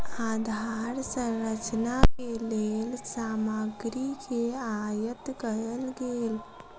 आधार संरचना के लेल सामग्री के आयत कयल गेल